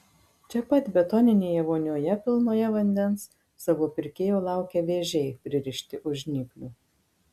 čia pat betoninėje vonioje pilnoje vandens savo pirkėjo laukia vėžiai pririšti už žnyplių